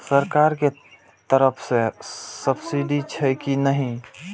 सरकार के तरफ से सब्सीडी छै कि नहिं?